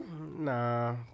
nah